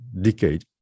decade